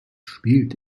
spielt